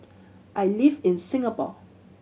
I live in Singapore